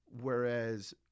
Whereas